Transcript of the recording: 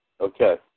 Okay